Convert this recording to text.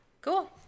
Cool